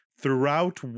throughout